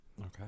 okay